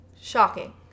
Shocking